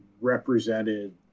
represented